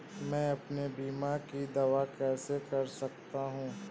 मैं अपने बीमा का दावा कैसे कर सकता हूँ?